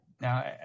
now